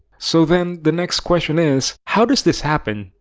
so then the next question is how does this happen?